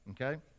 Okay